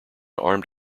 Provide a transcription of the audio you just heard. armed